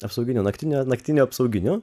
apsauginiu naktiniu naktiniu apsauginiu